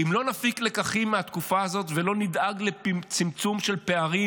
אם לא נפיק לקחים מהתקופה הזאת ולא נדאג לצמצום של פערים.